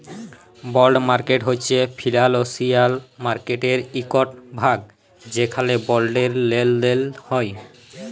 বল্ড market হছে financial মার্কেটের ইকট ভাগ যেখালে বল্ডের লেলদেল হ্যয়